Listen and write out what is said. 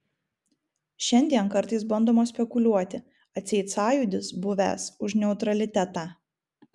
šiandien kartais bandoma spekuliuoti atseit sąjūdis buvęs už neutralitetą